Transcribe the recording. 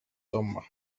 tomba